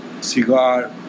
cigar